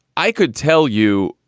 i could tell you,